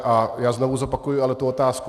A já znovu zopakuji ale tu otázku.